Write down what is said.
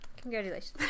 Congratulations